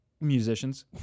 musicians